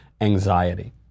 anxiety